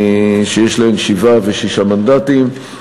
שיש להן שישה ושבעה מנדטים,